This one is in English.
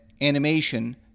animation